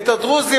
את הדרוזים,